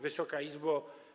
Wysoka Izbo!